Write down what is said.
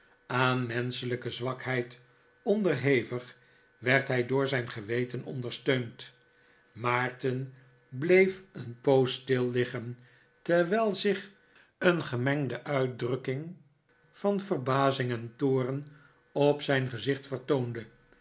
aan menschelijke zwakheid onderhevig werd hij door zijn geweten ondersteund maarten bleef een poos stil liggen terwijl zich een gemengde uitdrukking van verbazing en toorn op zijn gezicht vertoonde